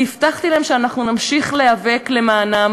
והבטחתי להם שאנחנו נמשיך להיאבק למענם